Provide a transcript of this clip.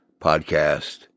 podcast